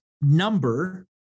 number